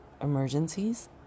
emergencies